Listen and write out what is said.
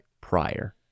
prior